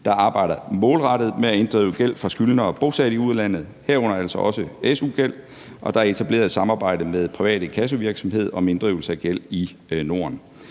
der arbejder målrettet med at inddrive gæld fra skyldnere bosat i udlandet, herunder altså også su-gæld, og der er etableret et samarbejde med privat inkassovirksomhed om inddrivelse af gæld i Norden.